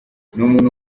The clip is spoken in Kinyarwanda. umuntu